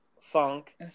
Funk